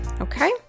Okay